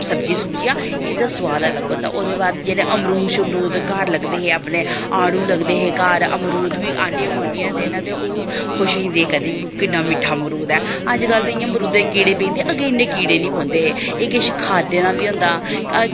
सब्जियां सुब्जियां इं'दा स्वाद गै अलग होंदा ओह्दे बाद जेह्ड़े अमरूद घर लगदे हे अपने आड़ू लगदे हे घर अमरूद बी आंढियां गोआंढिये दे ते ओह् खुश होई जंदे आखदे हे किन्ना मिट्ठा अमरूद ऐ अज्ज कल ते कीड़े पेई जंदा अग्गें इन्ने कीड़े निं पौंदे हे एह् किश खादे दा बी होंदा